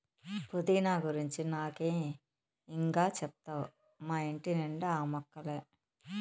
పుదీనా గురించి నాకే ఇం గా చెప్తావ్ మా ఇంటి నిండా ఆ మొక్కలే